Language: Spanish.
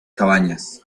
cabañas